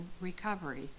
recovery